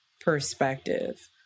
perspective